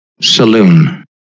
Saloon